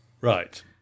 Right